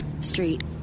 street